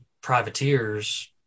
privateers